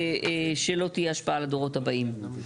שלא תהיה השפעה לדורות הבאים.